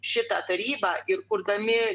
šitą tarybą ir kurdami